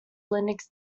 linux